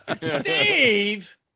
Steve